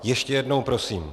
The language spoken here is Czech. Ještě jednou prosím.